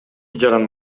жаран